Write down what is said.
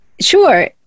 Sure